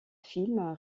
film